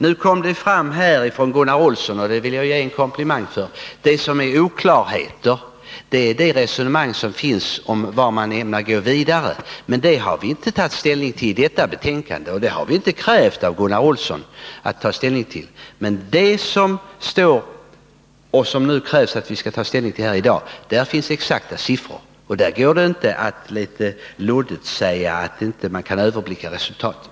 Nu kom det fram i Gunnar Olssons inlägg — och det vill jag ge honom en komplimang för — att det som är oklart är resonemanget om var vi ämnar gå vidare. Men vi har inte tagit ställning till det i detta betänkande, och vi har inte krävt av Gunnar Olsson att han skall ta ställning till det. I fråga om det som det krävs att vi skall ta ställning till i dag finns det exakta siffror, och där går det inte att litet luddigt säga att man inte kan överblicka resultaten.